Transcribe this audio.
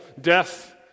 death